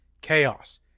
chaos